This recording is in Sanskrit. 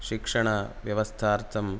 शिक्षणव्यवस्थार्थं